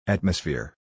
Atmosphere